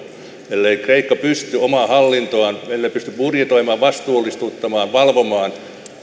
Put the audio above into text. ellei kreikka pysty omaa hallintoaan budjetoimaan vastuullistuttamaan valvomaan